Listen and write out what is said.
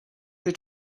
they